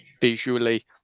visually